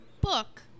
book